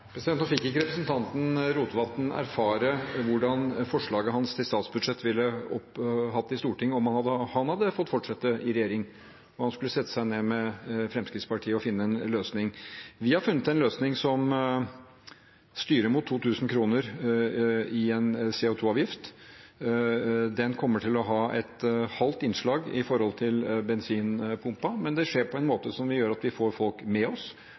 Nå fikk ikke representanten Rotevatn erfare hvordan forslaget hans til statsbudsjett ville hatt det i Stortinget om han hadde fått fortsette i regjering, og han skulle sette seg ned med Fremskrittspartiet og finne en løsning. Vi har funnet en løsning som styrer mot 2 000 kr i CO 2 -avgift. Den kommer til å ha et halvt innslag med hensyn til bensinpumpen, men det skjer på en måte som gjør at vi får folk med oss